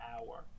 hour